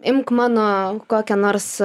imk mano kokią nors